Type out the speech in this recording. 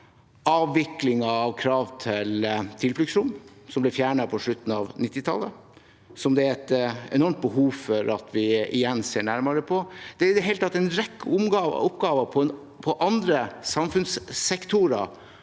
avviklingen av krav til tilfluktsrom. De ble fjernet på slutten av 1990-tallet, men det er et enormt behov for at vi igjen ser nærmere på det. Det er i det hele tatt en rekke oppgaver i andre samfunnssektorer